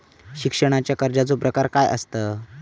शिक्षणाच्या कर्जाचो प्रकार काय आसत?